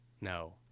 No